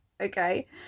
okay